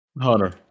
Hunter